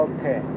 Okay